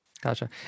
Gotcha